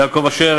יעקב אשר,